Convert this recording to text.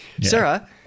sarah